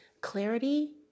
Clarity